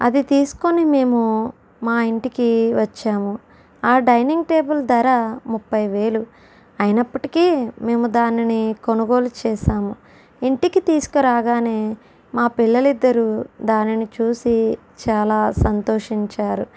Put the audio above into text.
అది తీసుకోని మేము మా ఇంటికి వచ్చాము ఆ డైనింగ్ టేబుల్ ధర ముప్పైవేలు అయినప్పటికీ మేము దానిని కొనుగోలు చేశాము ఇంటికి తీసుకురాగానే మా పిల్లలు ఇద్దరూ దానిని చూసి చాలా సంతోషించారు